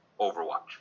Overwatch